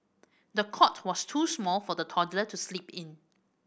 the cot was too small for the toddler to sleep in